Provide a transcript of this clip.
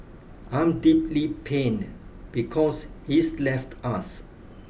I'm deeply pained because he's left us